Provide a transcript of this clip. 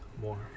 more